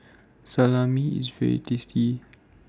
Salami IS very tasty